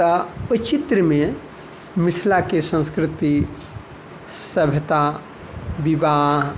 तऽ ओहि चित्रमे मिथिलाके सन्स्कृति सभ्यता विवाह